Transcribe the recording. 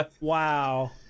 Wow